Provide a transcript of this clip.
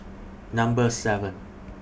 Number seven